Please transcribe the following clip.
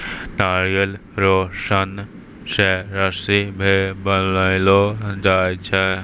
नारियल रो सन से रस्सी भी बनैलो जाय छै